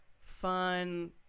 fun